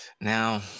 Now